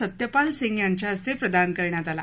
सत्यपाल सिंह यांच्या हस्ते प्रदान करण्यात आला